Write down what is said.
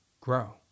grow